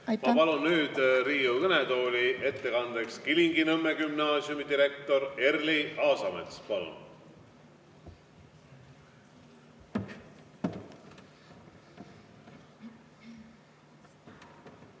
Ma palun nüüd Riigikogu kõnetooli ettekandeks Kilingi-Nõmme Gümnaasiumi direktori Erli Aasametsa.